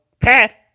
Pat